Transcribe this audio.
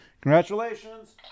Congratulations